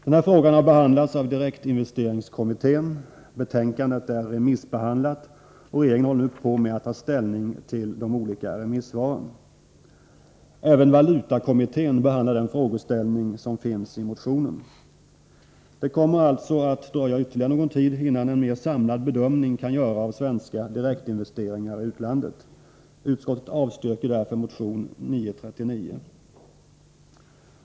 Den här frågan har behandlats av direkt investeringskommittén. Betänkandet är remissbehandlat, och regeringen håller nu på med att ta ställning till de olika remissvaren. Även valutakommittén behandlar den frågeställning som finns i motionen. Det kommer alltså att dröja ytterligare någon tid innan en mer samlad bedömning kan göras av svenska direktinvesteringar i utlandet. Utskottet avstyrker därför motion 939.